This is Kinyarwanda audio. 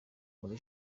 muri